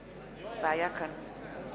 יש בעיה כאן,